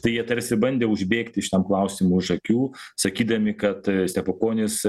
tai jie tarsi bandė užbėgti šitam klausimui už akių sakydami kad stepukonis